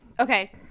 Okay